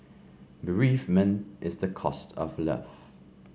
bereavement is the cost of love